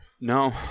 no